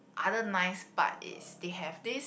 other nice part is they have this